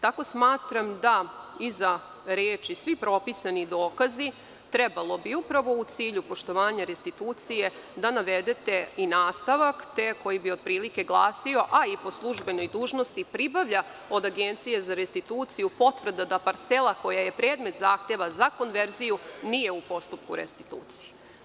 Tako smatram da iza reči „svi propisani dokazi“ trebalo bi upravo u cilju poštovanja restitucije da navedete i nastavak, koji bi otprilike glasio - a i po službenoj dužnosti pribavlja od Agencije za restituciju potvrdu da parcela koja je predmet zahteva za konverziju nije u postupku restitucije.